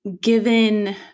given